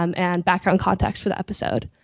um and background context for the episode.